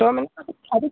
auto ᱢᱮᱱᱟᱜᱼᱟ